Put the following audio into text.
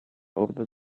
over